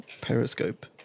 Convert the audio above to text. Periscope